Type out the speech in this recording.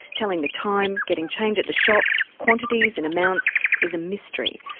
telling the time, getting change at the shops, quantities and amounts is a mystery.